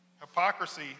Hypocrisy